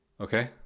Okay